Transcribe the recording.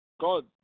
God